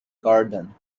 garden